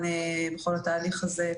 כמובן בכל התהליך הזה.